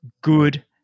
good